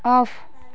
off